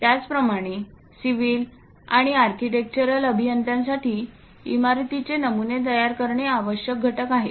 त्याचप्रमाणे सिव्हिल आणि आर्किटेक्चरल अभियंत्यांसाठी इमारतीचे नमुने तयार करणे आवश्यक घटक आहेत